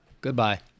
Goodbye